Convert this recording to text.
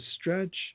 stretch